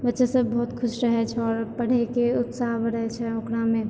बच्चासब बहुत खुश रहै छै आओर पढ़ैके उत्साह बढ़ै छै ओकरामे